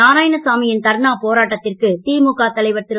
நாராயணசாமியின் தர்ணா போராட்டத்திற்கு திமுக தலைவர் திரு